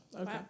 Okay